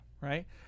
Right